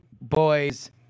boys